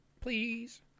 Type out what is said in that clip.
Please